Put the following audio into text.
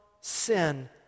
sin